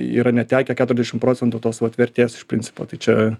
yra netekę keturiasdešimt procentų tos vat vertės iš principo tai čia